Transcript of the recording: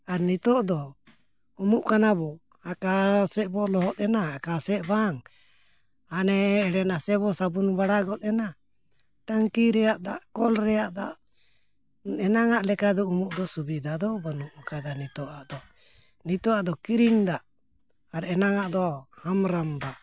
ᱟᱨ ᱱᱤᱛᱳᱜ ᱫᱚ ᱩᱢᱩᱜ ᱠᱟᱱᱟᱵᱚᱱ ᱟᱠᱟᱥᱮᱫ ᱵᱚᱱ ᱞᱚᱦᱚᱫ ᱮᱱᱟ ᱟᱠᱟᱥᱮᱫ ᱵᱟᱝ ᱦᱟᱱᱮ ᱮᱲᱮ ᱱᱟᱥᱮᱵᱚᱱ ᱥᱟᱵᱚᱱ ᱵᱟᱲᱟ ᱜᱚᱫ ᱮᱱᱟ ᱴᱟᱹᱝᱠᱤ ᱨᱮᱭᱟᱜ ᱫᱟᱜ ᱠᱚᱞ ᱨᱮᱭᱟᱜ ᱫᱟᱜ ᱮᱱᱟᱱᱟᱜ ᱞᱮᱠᱟᱫᱚ ᱩᱢᱩᱜ ᱫᱚ ᱥᱩᱵᱤᱫᱷᱟ ᱫᱚ ᱵᱟᱹᱱᱩᱜ ᱟᱠᱟᱫᱟ ᱱᱤᱛᱳᱜᱟᱜ ᱫᱚ ᱱᱤᱛᱳᱜᱟᱜ ᱫᱚ ᱠᱤᱨᱤᱧ ᱫᱟᱜ ᱟᱨ ᱮᱱᱟᱟᱱᱟᱜ ᱫᱚ ᱦᱟᱢᱨᱟᱢ ᱫᱟᱜ